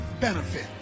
benefit